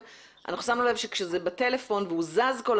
הקורונה גילו